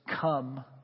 Come